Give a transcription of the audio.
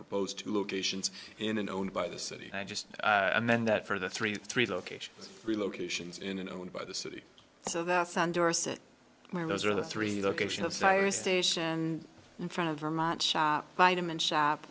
proposed two locations in and owned by the city just and then that for the three three locations relocations in and owned by the city so that's where those are the three locations of cyrus station in front of vermont shop vitamin shop